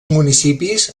municipis